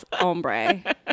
ombre